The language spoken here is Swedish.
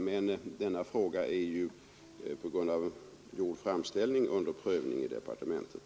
Men denna fråga är på grund av gjord framställning under prövning i departementet.